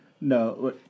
No